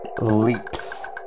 leaps